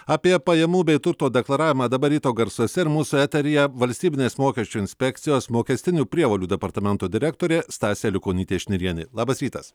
apie pajamų bei turto deklaravimą dabar ryto garsuose ir mūsų eteryje valstybinės mokesčių inspekcijos mokestinių prievolių departamento direktorė stasė aliukonytė šnirienė labas rytas